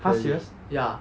!huh! serious